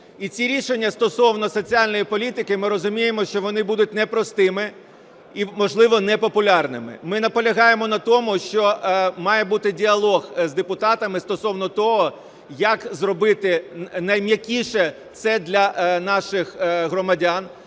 І ці рішення стосовно соціальної політики, ми розуміємо, що вони будуть непростими і, можливо, непопулярними. Ми наполягаємо на тому, що має бути діалог з депутатами стосовно того як зробити найм'якіше це для наших громадян,